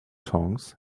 tongs